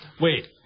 Wait